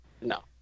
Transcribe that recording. No